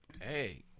Hey